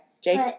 Jake